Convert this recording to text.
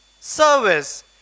service